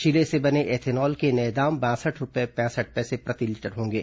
शीरे से बने एथेनॉल के नए दाम बासठ रूपये पैंसठ पैसे प्रति लीटर होंगे